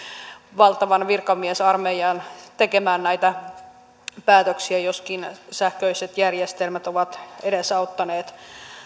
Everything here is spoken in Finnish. valtavan virkamiesarmeijan tekemään näitä päätöksiä joskin sähköiset järjestelmät ovat edesauttaneet